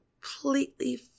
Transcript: completely